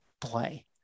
play